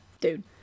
Dude